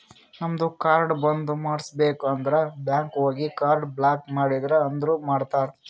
ನಮ್ದು ಕಾರ್ಡ್ ಬಂದ್ ಮಾಡುಸ್ಬೇಕ್ ಅಂದುರ್ ಬ್ಯಾಂಕ್ ಹೋಗಿ ಕಾರ್ಡ್ ಬ್ಲಾಕ್ ಮಾಡ್ರಿ ಅಂದುರ್ ಮಾಡ್ತಾರ್